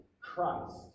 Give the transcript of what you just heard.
Christ